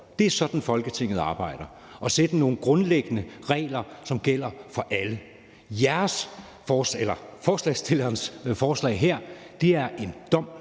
Det er sådan, Folketinget arbejder, nemlig ved at sætte nogle grundlæggende regler, som gælder for alle. Forslagsstillernes forslag her er en dom